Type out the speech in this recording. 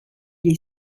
est